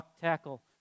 tackle